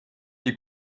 die